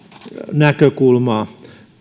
näkökulmaa